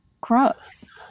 Gross